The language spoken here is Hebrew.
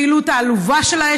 הפעילות העלובה שלה,